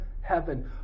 heaven